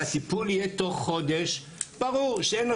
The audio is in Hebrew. והטיפול יהיה תוך חודש אז ברור שאין להם